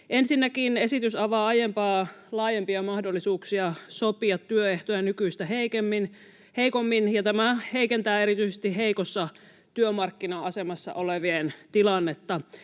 Ensinnäkin esitys avaa aiempaa laajempia mahdollisuuksia sopia työehtoja nykyistä heikommin, ja tämä heikentää erityisesti heikossa työmarkkina-asemassa olevien tilannetta.